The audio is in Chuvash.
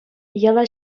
яла